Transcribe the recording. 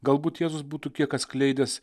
galbūt jėzus būtų kiek atskleidęs